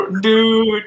dude